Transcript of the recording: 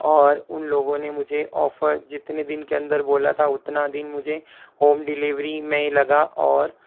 और उन लोगों ने मुझे ऑफ़र जितने दिन के अंदर बोला था उतना दिन मुझे होम डिलेवरी में लगा और